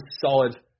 solid